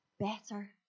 better